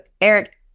Eric